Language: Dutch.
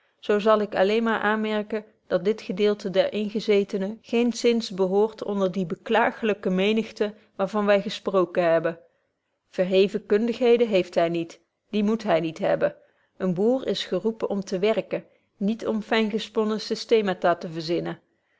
zal ik alleen maar aanmerken dat dit gedeelte der ingezetenen geenszins behoort onder die beklaaglyke menigte waar van wy gesprooken hebben verheven kundigheden heeft hy niet die moet hy niet hebben een boer is geroepen om te werken niet om fyngesponnen systemata te verzinnen